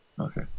Okay